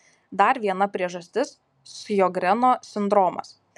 dar viena priežastis sjogreno sindromas